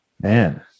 Man